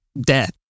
death